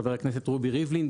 חבר הכנסת רובי ריבלין,